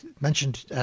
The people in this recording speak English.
mentioned